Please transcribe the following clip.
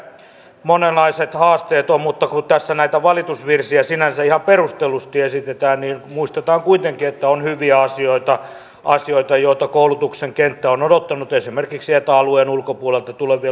monenlaiset haasteet ovat mutta kun tässä näitä valitusvirsiä sinänsä ihan perustellusti esitetään niin muistetaan kuitenkin että on hyviä asioita joita koulutuksen kenttä on odottanut esimerkiksi eta alueen ulkopuolelta tulevien lukukausimaksut